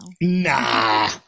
Nah